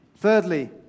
Thirdly